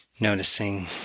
Noticing